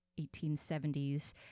1870s